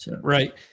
Right